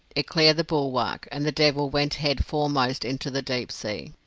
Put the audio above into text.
it cleared the bulwark, and the devil went head foremost into the deep sea.